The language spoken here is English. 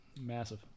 massive